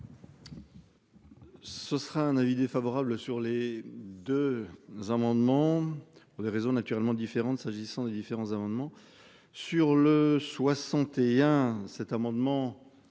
Ce sera un avis défavorable sur les deux amendements pour des raisons naturellement différentes s'agissant des différents amendements sur le 61. Cet amendement.